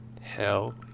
Hell